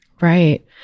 Right